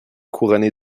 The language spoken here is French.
couronnée